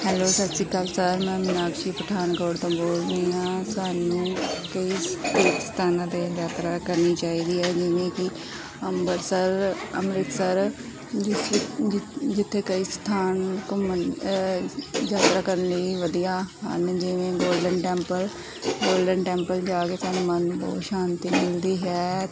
hello ਸਤਿ ਸ਼੍ਰੀ ਅਕਾਲ ਸਰ ਮੈਂ ਮੀਨਾਕਸ਼ੀ ਪਠਾਨਕੋਟ ਤੋਂ ਬੋਲ ਰਹੀ ਹਾਂ ਸਾਨੂੰ ਕਈ ਸ ਕਈ ਸਥਾਨਾਂ 'ਤੇ ਯਾਤਰਾ ਕਰਨੀ ਚਾਹੀਦੀ ਹੈ ਜਿਵੇਂ ਕਿ ਅੰਬਰਸਰ ਅੰਮ੍ਰਿਤਸਰ ਜਿਸ ਵਿ ਜਿ ਜਿੱਥੇ ਕਈ ਸਥਾਨ ਘੁੰਮਣ ਯਾਤਰਾ ਕਰਨ ਲਈ ਵਧੀਆ ਹਨ ਜਿਵੇਂ ਗੋਲਡਨ ਟੈਂਪਲ ਗੋਲਡਨ ਟੈਂਪਲ ਜਾ ਕੇ ਸਾਨੂੰ ਮਨ ਨੂੰ ਬਹੁਤ ਸ਼ਾਂਤੀ ਮਿਲਦੀ ਹੈ